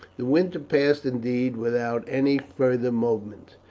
the winter passed, indeed, without any further movement.